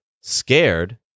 scared